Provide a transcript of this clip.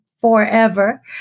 forever